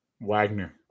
Wagner